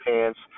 pants